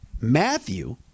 Matthew